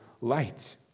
light